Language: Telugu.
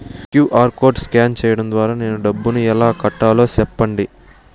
క్యు.ఆర్ కోడ్ స్కాన్ సేయడం ద్వారా నేను డబ్బును ఎలా కట్టాలో సెప్పండి?